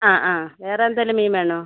ആ ആ വേറെ എന്തേലും മീൻ വേണോ